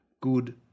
good